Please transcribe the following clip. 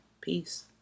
peace